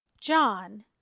John